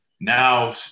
Now